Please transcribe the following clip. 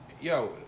yo